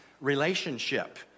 relationship